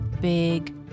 big